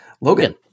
Logan